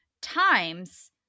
times